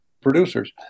producers